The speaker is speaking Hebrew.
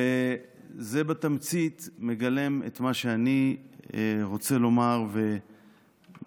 וזה מגלם בתמצית את מה שאני רוצה לומר וביטאו